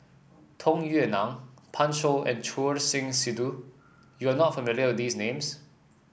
Tung Yue Nang Pan Shou and Choor Singh Sidhu you are not familiar with these names